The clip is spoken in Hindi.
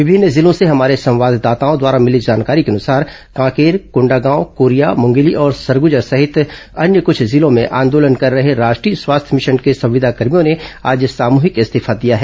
विभिन्न जिलों से हमारे संवाददाताओं द्वारा मिली जानकारी के अनुसार कांकेर कोंडागांव कोरिया मुंगेली और सरगुजा सहित अन्य कुछ जिलों में आंदोलन कर रहे राष्ट्रीय स्वास्थ्य मिशन के संविदा कर्भियों ने आज सामुहिक इस्तीफा दिया है